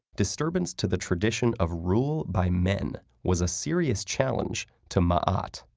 disturbance to the tradition of rule by men was a serious challenge to maat,